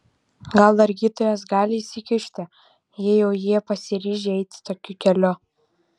gal dar gydytojas gali įsikišti jei jau jie pasiryžę eiti tokiu keliu